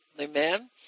Amen